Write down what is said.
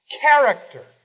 character